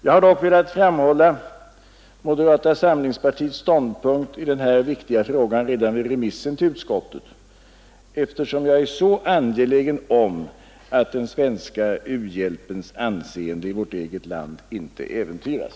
Jag har dock velat framhålla moderata samlingspartiets ståndpunkt i denna viktiga fråga redan vid remissen till utskottet, eftersom jag är mycket angelägen om att den svenska u-hjälpens anseende i vårt eget land inte äventyras.